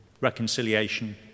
reconciliation